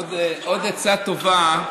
עוד עצה טובה,